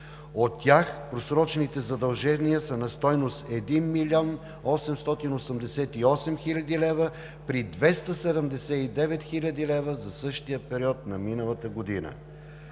От тях просрочените задължения са на стойност 1 млн. 888 хил. лв., при 279 хил. лв. за същия период на миналата година.